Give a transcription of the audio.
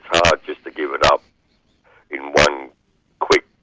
hard just to give it up in one quick